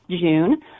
June